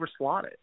overslotted